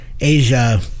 Asia